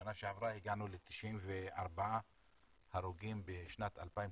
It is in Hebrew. בשנה שעברה הגענו ל-94 הרוגים בשנת 2019,